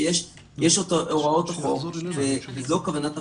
יש את הוראות החוק ואת כוונת החוק,